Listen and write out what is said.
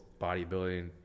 bodybuilding